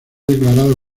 declarado